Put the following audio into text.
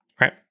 Right